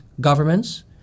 governments